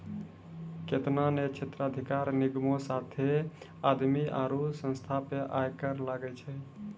केतना ने क्षेत्राधिकार निगमो साथे आदमी आरु संस्था पे आय कर लागै छै